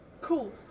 Cool